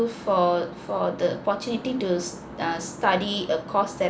for for the opportunity to err study a course that